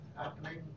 happening